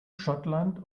schottland